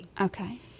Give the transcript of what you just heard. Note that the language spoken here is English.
Okay